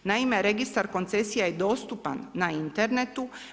Naime registar koncesija je dostupan na internetu.